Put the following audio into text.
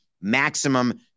Maximum